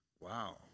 Wow